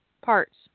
parts